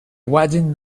wedding